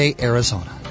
Arizona